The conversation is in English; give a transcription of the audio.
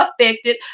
affected